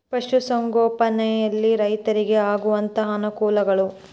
ಪಶುಸಂಗೋಪನೆಯಲ್ಲಿ ರೈತರಿಗೆ ಆಗುವಂತಹ ಅನುಕೂಲಗಳು?